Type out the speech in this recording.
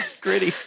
Gritty